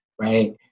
right